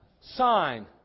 Sign